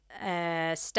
Step